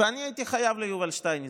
ואני הייתי חייב ליובל שטייניץ.